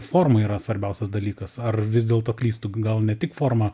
forma yra svarbiausias dalykas ar vis dėlto klystu gal ne tik forma